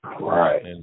right